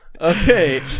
Okay